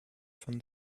von